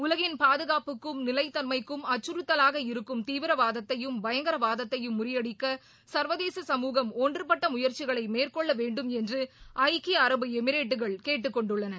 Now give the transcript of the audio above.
உலகின் பாதுகாப்புக்கும் நிலைத்தன்மைக்கும் அச்சுறுத்தலாக இருக்கும் தீவிரவாதத்தையும் பயங்கரவாதத்தையும் முறியடிக்க சா்வதேச சமூகம் ஒன்றுபட்ட முயற்சிகளை மேற்கொள்ள வேண்டும் என்று ஐக்கிய அரபு எமிரேட்டுகள் கேட்டுக் கொண்டுள்ளன